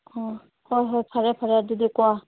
ꯑꯣ ꯍꯣꯏ ꯍꯣꯏ ꯐꯔꯦ ꯐꯔꯦ ꯑꯗꯨꯗꯤ ꯀꯣ